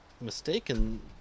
mistaken